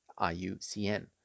IUCN